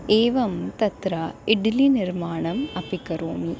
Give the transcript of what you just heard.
एवं तत्र इड्लि निर्माणम् अपि करोमि